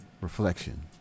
reflection